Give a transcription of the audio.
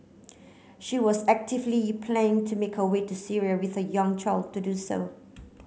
she was actively playing to make her way to Syria with her young child to do so